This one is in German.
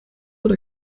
oder